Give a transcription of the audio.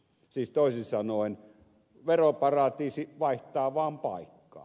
siis toisin sanoen veroparatiisi vaihtaa vaan paikkaa